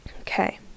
Okay